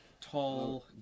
Tall